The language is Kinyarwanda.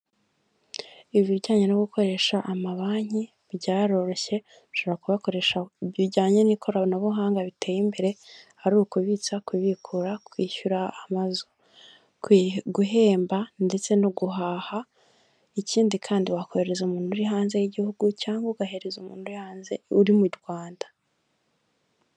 Ibijyanye no gukoresha amabanki, byaroroshye, ushobora kuhakoresha bijyanye n'ikoranabuhanga riteye imbere, ari ukubitsa, kubikura, kwishyura amazu. Guhemba ndetse no guhaha, ikindi kandi wakohereza umuntu uri hanze y'igihugu, cyangwa ugahereza umuntu uri hanze uri i Rwanda.